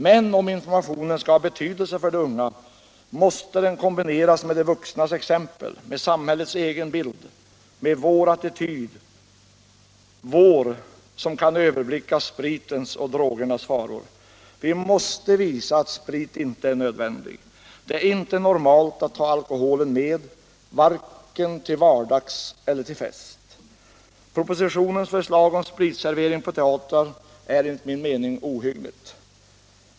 Men om informationen skall ha betydelse för de unga, måste den kombineras med de vuxnas exempel, med samhällets egen bild, med den attityd vi har — vi som kan överblicka spritens och drogernas faror. Vi måste visa att sprit inte är nödvändig. Det är inte normalt att ha alkoholen med -— varken till vardag eller till fest. Propositionens förslag om spritservering på teatrar är ohyggligt.